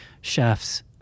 chefs